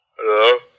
Hello